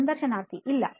ಸಂದರ್ಶನಾರ್ಥಿ ಇಲ್ಲ